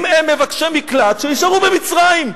אם הם מבקשי מקלט, שיישארו במצרים.